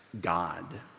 God